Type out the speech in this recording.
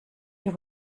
ihr